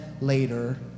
later